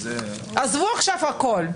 עזבו עכשיו הכול,